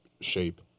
shape